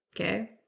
okay